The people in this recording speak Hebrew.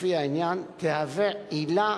לפי העניין, תהווה עילה